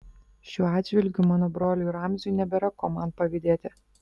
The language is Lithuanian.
šiuo atžvilgiu mano broliui ramziui nebėra ko man pavydėti